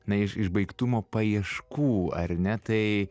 na iš išbaigtumo paieškų ar ne tai